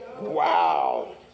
Wow